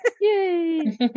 Yay